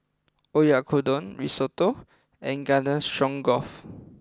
Oyakodon Risotto and Garden Stroganoff